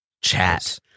chat